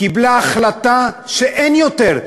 קיבלה החלטה שאין יותר,